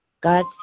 God